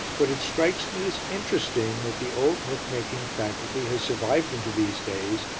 but it strikes me as interesting that the old myth-making faculty has survived into these days,